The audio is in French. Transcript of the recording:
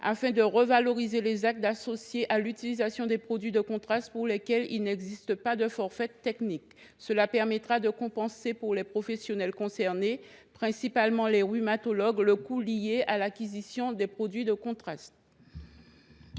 afin de revaloriser les actes associés à l’utilisation des produits de contraste pour lesquels il n’existe pas de forfait technique. Cela permettra de compenser, pour les professionnels concernés – principalement les rhumatologues – le coût lié à l’acquisition des produits de contraste.